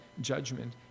judgment